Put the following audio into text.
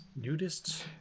Nudists